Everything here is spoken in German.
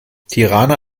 tirana